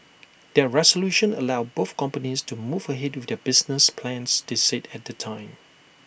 that resolution allowed both companies to move ahead with their business plans they said at the time